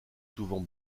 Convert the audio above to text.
souvent